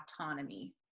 autonomy